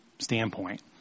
Standpoint